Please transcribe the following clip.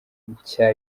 nshya